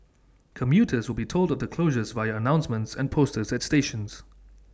commuters will be told of the closures via announcements and posters at stations